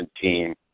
team